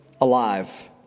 alive